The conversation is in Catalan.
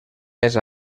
més